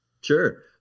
Sure